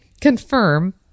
confirm